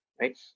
right